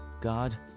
God